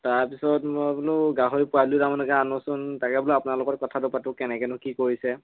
তাৰপিছত মই বোলো গাহৰি পোৱালী দুটামানকে আনোচোন তাকে বোলো আপোনাৰ লগত কথাটো পাতোঁ কেনেকৈনো কি কৰিছে